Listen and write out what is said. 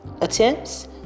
attempts